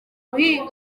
umurimo